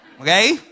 Okay